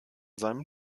seinem